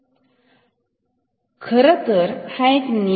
तर हा खरं तर एक नियमच आहे